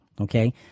okay